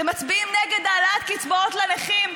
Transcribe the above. אתם מצביעים נגד העלאת קצבאות לנכים,